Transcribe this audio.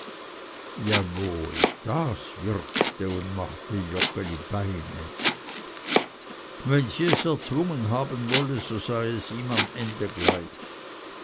wohl das wirkte und machte joggeli beine wenn sie es erzwungen haben wolle so sei es ihm am ende gleich